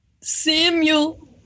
Samuel